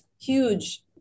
Huge